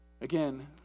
again